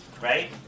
Right